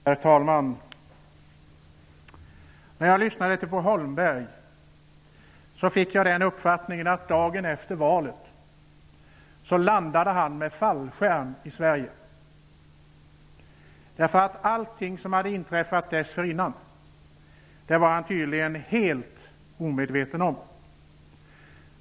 Herr talman! När jag lyssnade till Bo Holmberg fick jag uppfattningen att han landade med fallskärm i Sverige dagen efter valet. Allting som hade inträffat dessförinnan var han tydligen helt omedveten om.